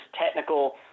technical